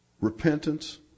repentance